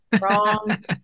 Wrong